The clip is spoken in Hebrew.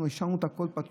אנחנו השארנו את הכול פתוח,